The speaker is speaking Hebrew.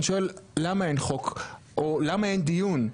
אני שואל למה אין חוק או למה אין דיון,